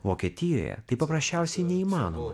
vokietijoje tai paprasčiausiai neįmanoma